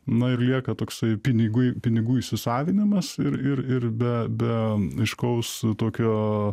na ir lieka toksai pinigų pinigų įsisavinamas ir ir ir be be aiškaus tokio